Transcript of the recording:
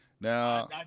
Now